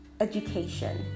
education